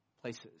places